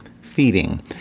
feeding